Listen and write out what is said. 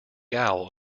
owl